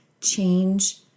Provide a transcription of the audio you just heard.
change